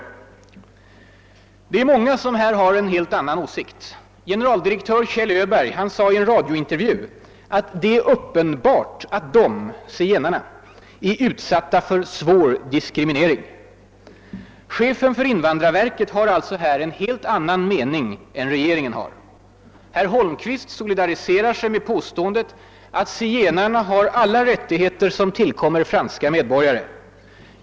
Det är många som har en annan åsikt. Generaldirektör Kjell Öberg sade i en radiointervju att »det är uppenbart att zigenarna är utsatta för en svår diskriminering». Chefen för invandrarverket har alltså här en helt annan mening än regeringen. Herr Holmqvist solidariserar sig med påståendet att zigenarna har alla rättigheter som tillkommer franska medborgare.